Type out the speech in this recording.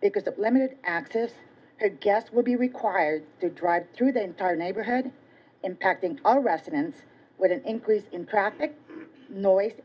because of limited access to gas would be required to drive through the entire neighborhood impacting all residents with an increase in traffic noise